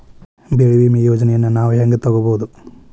ಬೆಳಿ ವಿಮೆ ಯೋಜನೆನ ನಾವ್ ಹೆಂಗ್ ತೊಗೊಬೋದ್?